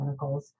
clinicals